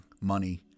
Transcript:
money